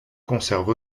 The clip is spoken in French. conserve